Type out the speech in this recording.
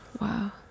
Wow